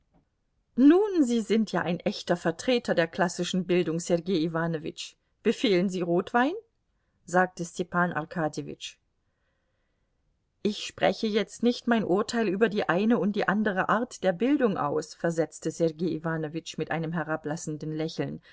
nun sie sind ja ein echter vertreter der klassischen bildung sergei iwanowitsch befehlen sie rotwein sagte stepan arkadjewitsch ich spreche jetzt nicht mein urteil über die eine und die andere art der bildung aus versetzte sergei iwanowitsch mit einem herablassenden lächeln